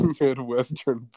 Midwestern